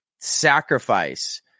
sacrifice